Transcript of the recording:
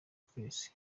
twese